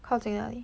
靠近哪里